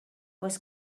was